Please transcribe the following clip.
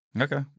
Okay